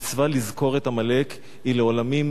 המצווה לזכור את עמלק היא לעולמים,